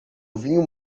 vinho